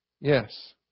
Yes